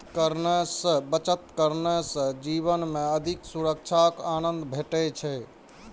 बचत करने सं जीवन मे अधिक सुरक्षाक आनंद भेटै छै